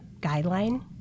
guideline